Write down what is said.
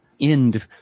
end